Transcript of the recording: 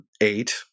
eight